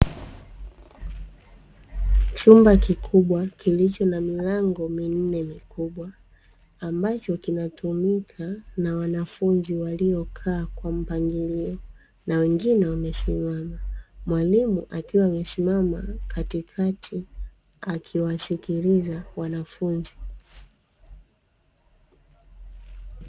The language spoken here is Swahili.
Chumba kikubwa kilicho na milango minne mikubwa ambacho kinatumika na wanafunzi waliokaa kwa mpangilio na wengine wamesimama, mwalimu akiwa amesimama katikati akiwasikiliza wanafunzi.